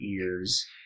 ears